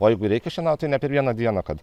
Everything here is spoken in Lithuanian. o jeigu reikia šienaut tai ne per vieną dieną kad